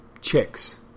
chicks